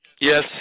Yes